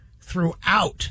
throughout